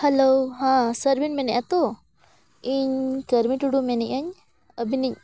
hello ᱦᱮᱸ sir ᱵᱤᱱ ᱢᱮᱱᱮᱫᱼᱟ ᱛᱳ ᱤᱧ ᱠᱟᱹᱨᱢᱤ ᱴᱩᱰᱩ ᱢᱮᱱᱮᱫᱟᱹᱧ ᱟᱹᱵᱤᱱᱤᱡ